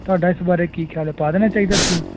ਤੁਹਾਡਾ ਇਸ ਬਾਰੇ ਕੀ ਖਿਆਲ ਹੈ ਪਾ ਦੇਣਾ ਚਾਹੀਦਾ ਸਕੂਲ